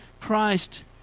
Christ